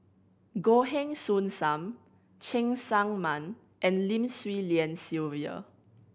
Goh Heng Soon Sam Cheng Tsang Man and Lim Swee Lian Sylvia